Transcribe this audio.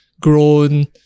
grown